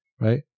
right